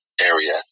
area